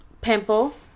Pimple